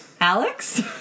Alex